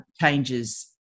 changes